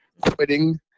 Quitting